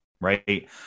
right